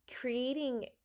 Creating